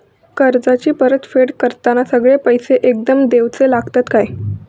कर्जाची परत फेड करताना सगळे पैसे एकदम देवचे लागतत काय?